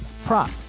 Prop